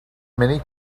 many